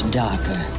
darker